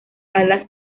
alas